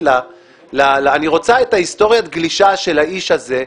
לה שהיא רוצה את היסטוריית הגלישה של האיש הזה,